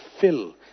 fill